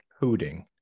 hooting